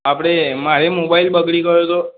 આપણે મારે મોબાઈલ બગડી ગયો હતો